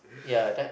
ya that